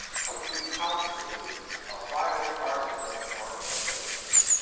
complete count committees are vital partnering organizations.